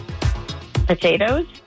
potatoes